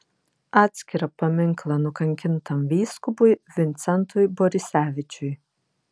atskirą paminklą nukankintam vyskupui vincentui borisevičiui